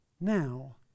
now